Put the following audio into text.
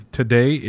today